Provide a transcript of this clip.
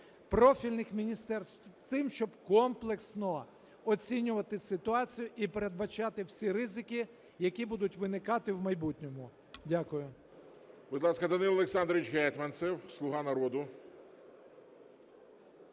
профільних міністерств з тим, щоб комплексно оцінювати ситуацію і передбачати всі ризики, які будуть виникати в майбутньому. Дякую. ГОЛОВУЮЧИЙ. Будь ласка, Данило Олександрович Гетманцев, "Слуга народу".